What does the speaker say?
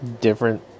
different